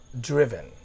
driven